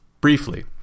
briefly